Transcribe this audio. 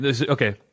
okay